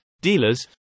dealers